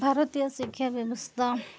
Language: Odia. ଭାରତୀୟ ଶିକ୍ଷା ବ୍ୟବସ୍ଥା